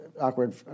awkward